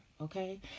okay